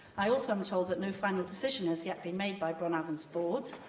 i also am told that no final decision has yet been made by bron afon's board,